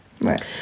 right